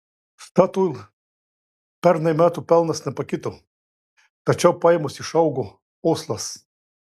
statoil pernai metų pelnas nepakito tačiau pajamos išaugo oslas